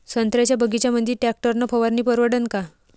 संत्र्याच्या बगीच्यामंदी टॅक्टर न फवारनी परवडन का?